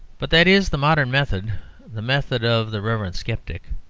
but that is the modern method the method of the reverent sceptic.